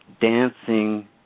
dancing